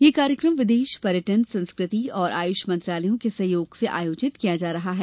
यह कार्यक्रम विदेश पर्यटन संस्कृति और आयुष मंत्रालयों के सहयोग से आयोजित किया जा रहा है